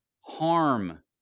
harm